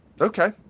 Okay